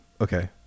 Okay